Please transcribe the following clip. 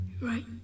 Right